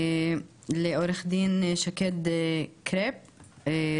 לעו"ד שקד קרפ,